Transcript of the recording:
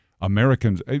Americans—